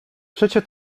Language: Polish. przecie